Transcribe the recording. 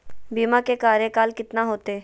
बीमा के कार्यकाल कितना होते?